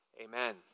Amen